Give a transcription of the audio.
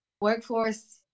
workforce